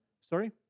sorry